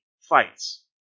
Fights